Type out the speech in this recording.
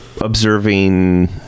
observing